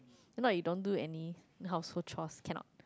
not you don't do any household choirs cannot